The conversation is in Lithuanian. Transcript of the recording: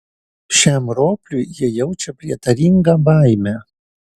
šiam ropliui jie jaučia prietaringą baimę